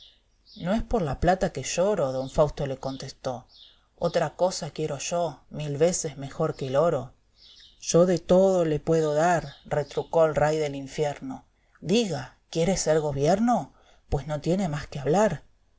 no es por la plata que lloro don fausto le contestó otra cosa quiero yo mil veces mejor qu el oro yo todo le puedo dar retrucó el ray del infierno diga quiere ser gobierno pues no tiene más que hablar